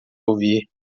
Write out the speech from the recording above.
ouvir